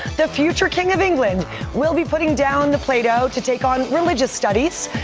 the future king of england will be putting down the play-doh to take on religious studies,